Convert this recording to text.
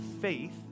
faith